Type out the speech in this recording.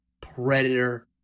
Predator